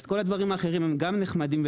כל הדברים האחרים גם נחמדים,